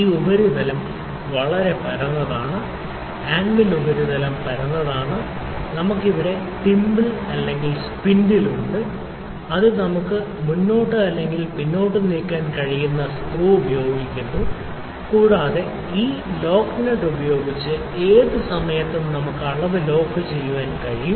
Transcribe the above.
ഈ ഉപരിതലം വളരെ പരന്നതാണ് ആൻവിൾ ഉപരിതലം പരന്നതാണ് നമുക്ക് ഇവിടെ തിമ്പിൽ അല്ലെങ്കിൽ സ്പിൻഡിൽ ഉണ്ട് അത് നമുക്ക് മുന്നോട്ട് അല്ലെങ്കിൽ പിന്നിലേക്ക് നീങ്ങാൻ കഴിയുന്ന സ്ക്രൂ ഉപയോഗിക്കുന്നു കൂടാതെ ഈ ലോക്ക് നട്ട് ഉപയോഗിച്ച് ഏത് സമയത്തും നമുക്ക് അളവ് ലോക്ക് ചെയ്യാൻ കഴിയും